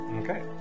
Okay